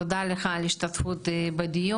תודה לך על ההשתתפות בדיון.